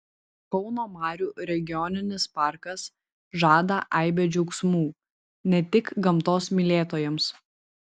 kauno marių regioninis parkas žada aibę džiaugsmų ne tik gamtos mylėtojams